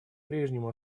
прежнему